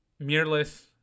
mirrorless